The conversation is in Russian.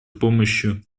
помощью